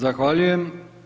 Zahvaljujem.